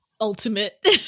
ultimate